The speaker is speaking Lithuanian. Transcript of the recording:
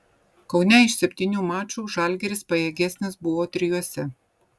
kaune iš septynių mačų žalgiris pajėgesnis buvo trijuose